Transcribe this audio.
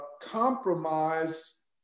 compromise